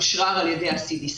זה אושרר על ידי ה-CBC,